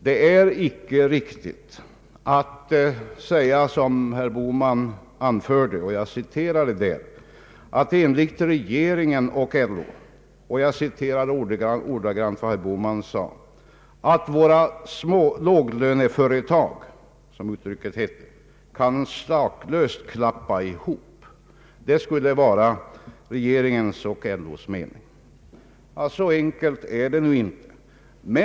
Det är inte riktigt att yttra sig som herr Bohman gjorde, nämligen att enligt regeringen och LO ”våra låglöneföretag kan saklöst klappa ihop”. Det skulle alltså vara regeringens och LO:s mening. Så enkelt är det nu inte.